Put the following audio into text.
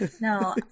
No